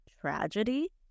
tragedy